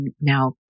now